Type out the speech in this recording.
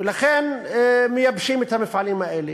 ולכן מייבשים את המפעלים האלה.